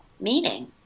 meaning